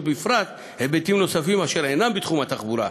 בפרט היבטים נוספים אשר אינם בתחום התחבורה.